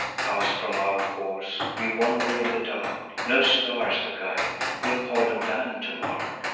cast from our course, we wander in the dark. no stars to guide, no point of land to mark.